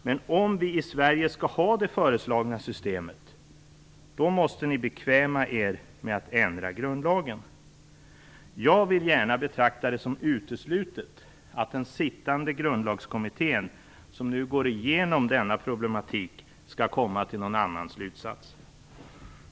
Men om vi i Sverige skall ha det föreslagna systemet då måste ni bekväma er med att ändra grundlagen. Jag vill gärna betrakta det som uteslutet att den sittande grundlagskommittén som nu går igenom denna problematik skall kunna komma till någon annan slutsats.